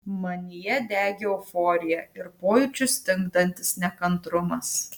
manyje degė euforija ir pojūčius stingdantis nekantrumas